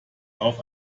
auf